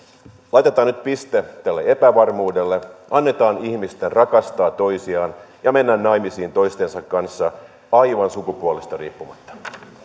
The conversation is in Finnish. laitetaan nyt piste tälle epävarmuudelle annetaan ihmisten rakastaa toisiaan ja mennä naimisiin toistensa kanssa aivan sukupuolesta riippumatta